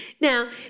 Now